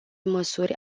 măsuri